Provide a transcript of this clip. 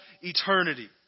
eternity